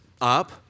up